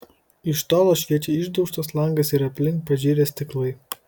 iš tolo šviečia išdaužtas langas ir aplink pažirę stiklai